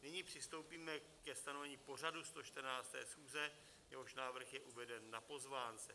Nyní přistoupíme ke stanovení pořadu 114. schůze, jehož návrh je uveden na pozvánce.